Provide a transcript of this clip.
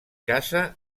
casa